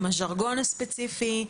עם הז'רגון הספציפי,